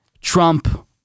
Trump